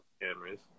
cameras